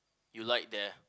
you like there